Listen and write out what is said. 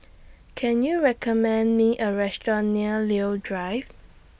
Can YOU recommend Me A Restaurant near Leo Drive